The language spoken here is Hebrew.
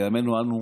בימינו אנו,